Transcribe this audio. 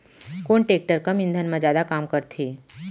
कोन टेकटर कम ईंधन मा जादा काम करथे?